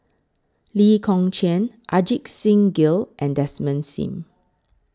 Lee Kong Chian Ajit Singh Gill and Desmond SIM